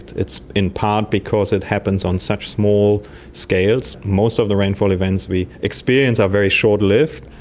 it's in part because it happens on such small scales. most of the rainfall events we experience are very short lived,